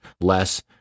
less